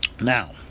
now